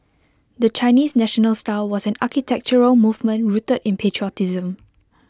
the Chinese national style was an architectural movement rooted in patriotism